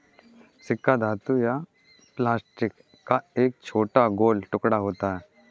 सिक्का धातु या प्लास्टिक का एक छोटा गोल टुकड़ा होता है